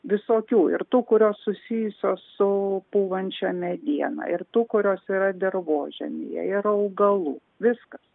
visokių ir tų kurios susijusios su pūvančia mediena ir tų kurios yra dirvožemyje ir augalų viskas